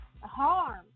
harm